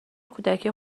کودکی